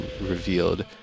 revealed